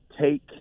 take